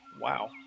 Wow